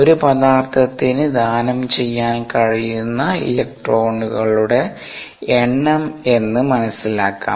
ഒരു പദാർത്ഥത്തിന് ദാനം ചെയ്യാൻ കഴിയുന്ന ഇലക്ട്രോണുകളുടെ എണ്ണം എന്ന് മനസ്സിലാക്കാം